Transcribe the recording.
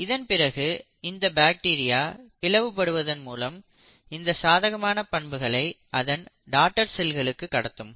இதன் பிறகு இந்த பாக்டீரியா பிளவு படுவதன் மூலம் இந்த சாதகமான பண்புகளை அதன் டாட்டர் செல்களுக்கு கடத்தும்